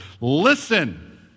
listen